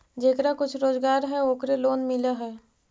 जेकरा कुछ रोजगार है ओकरे लोन मिल है?